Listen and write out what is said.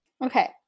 Okay